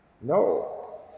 No